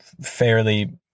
fairly